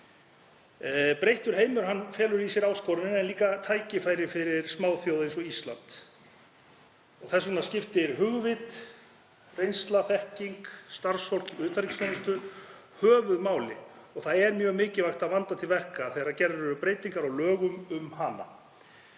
Breyttur heimur felur í sér áskorun en líka tækifæri fyrir smáþjóð eins og Ísland. Þess vegna skipta hugvit, reynsla og þekking og starfsfólk utanríkisþjónustu höfuðmáli og er mjög mikilvægt að vanda til verka þegar gerðar eru breytingar á lögum um hana.